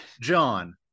John